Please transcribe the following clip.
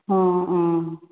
অঁ অঁ